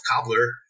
Cobbler